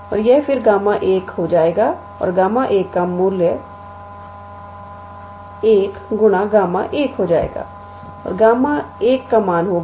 और यह फिर Γ हो जाएगा और Γ का मान 1 गुना Γ हो जाएगा और Γ का मान 1 होगा